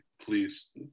please